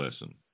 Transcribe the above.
lesson